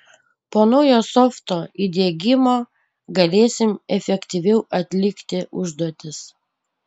po naujo softo įdiegimo galėsim efektyviau atlikti užduotis